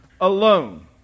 alone